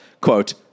quote